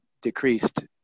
decreased